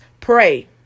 pray